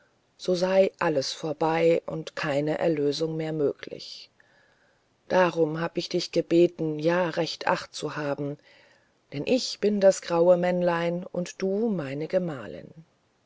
so sey alles vorbei und keine erlösung mehr möglich darum hab ich dich gebeten ja recht acht zu haben denn ich bin das graue männlein und du meine gemahlin